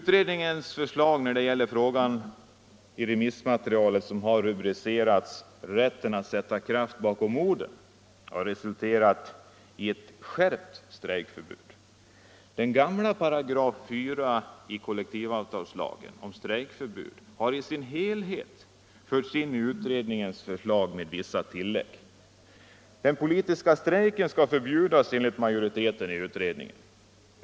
Utredningens förslag under rubriken ” Rätt att sätta kraft bakom orden” har resulterat i ett skärpt strejkförbud. Den gamla § 4 i kollektivavtalslagen om strejkförbud har med vissa tillägg i sin helhet förts in i utredningens förslag med vissa tillägg. Den politiska strejken skall enligt majoriteten i utredningen förbjudas.